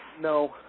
No